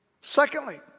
Secondly